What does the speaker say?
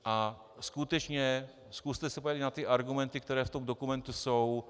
A skutečně, zkuste se podívat na ty argumenty, které v tom dokumentu jsou.